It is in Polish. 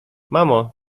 mamo